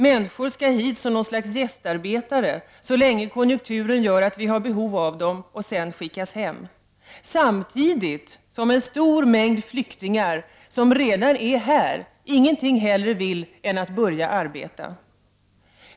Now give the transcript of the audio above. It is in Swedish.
Människor skall komma hit som ett slags gästarbetare, så länge konjunkturen gör att vi har behov av dem, och sedan skickas hem. Samtidigt vill en stor mängd flyktingar som redan är här inget hellre än att börja arbeta.